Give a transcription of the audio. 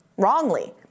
wrongly